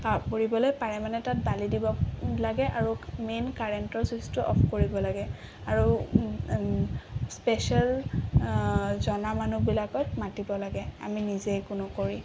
পৰিবলৈ পাৰেমানে তাত বালি দিব লাগে আৰু মেইন কাৰেণ্টৰ ছুইচটো অফ কৰিব লাগে আৰু স্পেচিয়েল জনা মানুহবিলাকক মাতিব লাগে আমি নিজেই একো নকৰি